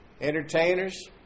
entertainers